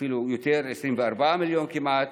ואפילו יותר, 24 מיליון כמעט,